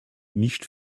nicht